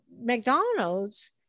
McDonald's